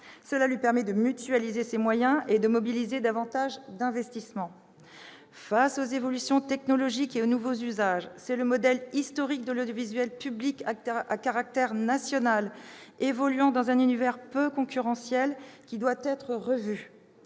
Cela lui permet de mutualiser ses moyens et de mobiliser davantage d'investissements. Face aux évolutions technologiques et aux nouveaux usages, c'est le modèle historique de l'audiovisuel public à caractère national évoluant dans un univers peu concurrentiel qui doit être revu.